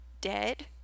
dead